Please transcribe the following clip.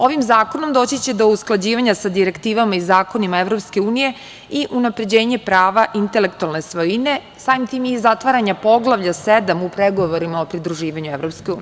Ovim zakonom će doći do usklađivanja sa direktivama i zakonima EU i unapređenja prava intelektualne svojine, samim tim i zatvaranja Poglavlja 7. u pregovorima o pridruživanju EU.